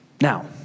Now